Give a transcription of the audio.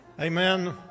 Amen